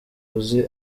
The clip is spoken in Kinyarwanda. uzi